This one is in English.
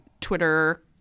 Twitter